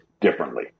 differently